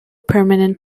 permanent